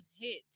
hit